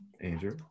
Andrew